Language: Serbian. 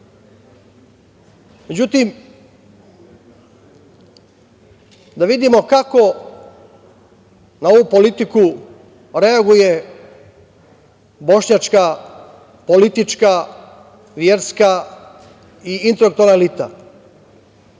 da vidimo kako na ovu politiku reaguje bošnjačka politička, verska i intelektualna